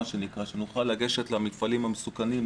שנוכל לגשת למפעלים המסוכנים,